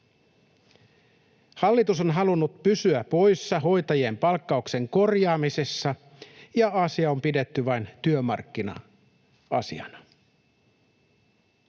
Hallitus on halunnut pysyä poissa hoitajien palkkauksen korjaamisesta, ja asiaa on pidetty vain työmarkkina-asiana.